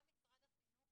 גם משרד החינוך